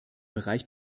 bereich